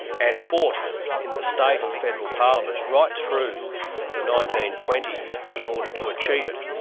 and fought in the state and federal parliaments right through the nineteen twenty s in order to achieve it.